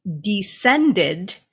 descended